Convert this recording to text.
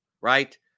right